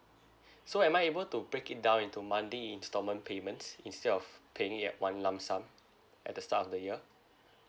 so am I able to break it down into monthly installment payments instead of paying it at one lump sum at the start of the year